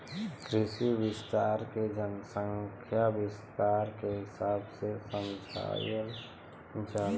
कृषि विस्तार के जनसंख्या विस्तार के हिसाब से समझावल जाला